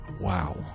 Wow